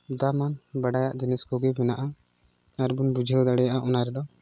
ᱫᱟᱢᱟᱱ ᱵᱟᱲᱟᱭᱟᱜ ᱡᱤᱱᱤᱥ ᱠᱚᱜᱮ ᱢᱮᱱᱟᱜᱼᱟ ᱟᱨ ᱵᱚᱱ ᱵᱩᱡᱷᱟᱹᱣ ᱫᱟᱲᱮᱭᱟᱜᱼᱟ ᱚᱱᱟ ᱫᱚ